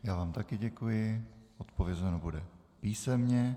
Já vám taky děkuji, odpovězeno bude písemně.